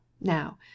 now